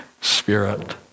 Spirit